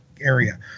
area